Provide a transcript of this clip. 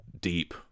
deep